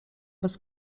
bez